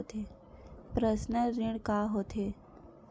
Personal ऋण का होथे?